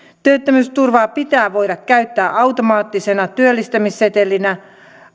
työttömyysturvaa pitää voida käyttää automaattisena työllistämissetelinä